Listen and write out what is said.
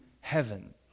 heaven